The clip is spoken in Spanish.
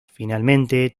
finalmente